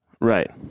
Right